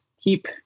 Keep